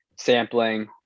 sampling